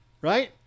right